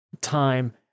time